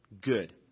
good